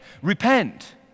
Repent